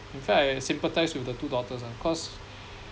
in fact I sympathised with the two daughters ah cause